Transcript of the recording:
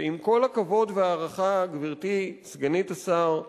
ועם כל הכבוד וההערכה, גברתי סגנית השר,